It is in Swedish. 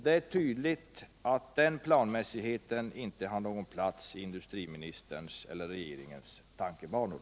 Det är tydligt att den planmässigheten inte har någon plats i industriministerns eller regeringens tankebanor.